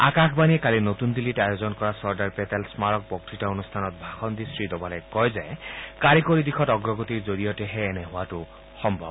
আকাশবাণীয়ে কালি নতুন দিল্লীত আয়োজন কৰা চৰ্দাৰ পেটেল স্মাৰক বক্ততা অনুষ্ঠানত ভাষণ দি শ্ৰী ডোভালে কয় যে কাৰিকৰী দিশত অগ্ৰগতিৰ জৰিয়তেহে এনে হোৱাটো সম্ভৱ